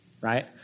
right